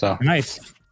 Nice